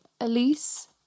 Elise